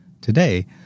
Today